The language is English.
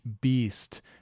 beast